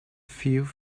few